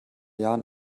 jahren